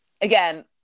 Again